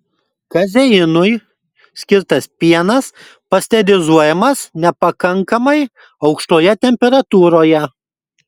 kazeinui skirtas pienas pasterizuojamas nepakankamai aukštoje temperatūroje